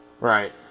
Right